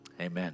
Amen